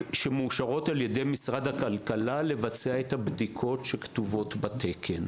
ושמאושרות על ידי משרד הכלכלה לבצע את הבדיקות שכתובות בתקן.